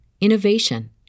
innovation